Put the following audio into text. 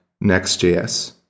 Next.js